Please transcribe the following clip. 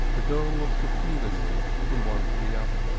the girl looked appealingly from one to the other.